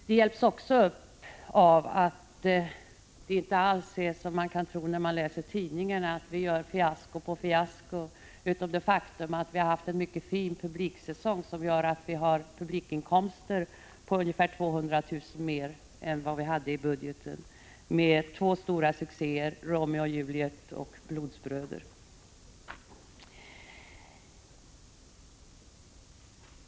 Situationen hjälps upp av att vi inte alls, som man kan tro när man läser tidningarna, gör fiasko på fiasko. Vi har de facto haft en mycket fin publiksäsong, som gett oss publikintäkter på ungefär 200 000 kr. mer än vad som var budgeterat, med två stora succéer, Romeo och Juliet och Blodsbröder.